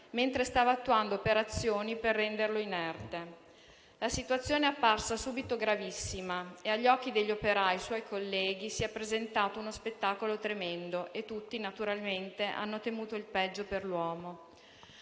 mentre stava attuando operazioni per renderlo inerte. La situazione è apparsa subito gravissima e agli occhi degli operai suoi colleghi si è presentato uno spettacolo tremendo. Tutti, naturalmente, hanno temuto il peggio per l'uomo.